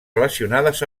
relacionades